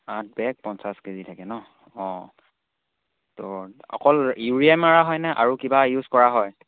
আঠ বেগ পঞ্চাছ কে জি থাকে ন অঁ তো অকল ইউৰিয়া মাৰাই হয়নে আৰু কিবা ইউজ কৰা হয়